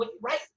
right